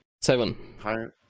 Seven